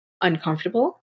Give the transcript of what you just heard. uncomfortable